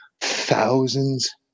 thousands